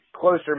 closer